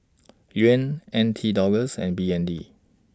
Yuan N T Dollars and B N D